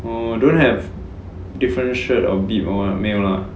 oh don't have different shirt or beep or what 没有 lah